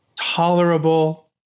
tolerable